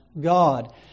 God